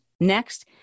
Next